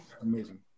amazing